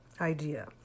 idea